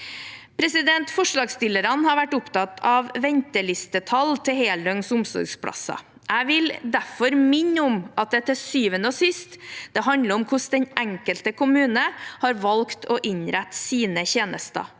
mai. Forslagsstillerne har vært opptatt av ventelistetall til heldøgns omsorgsplasser. Jeg vil derfor minne om at det til syvende og sist handler om hvordan den enkelte kommune har valgt å innrette sine tjenester.